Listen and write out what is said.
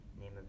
name